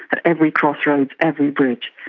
at every crossroads, every bridge,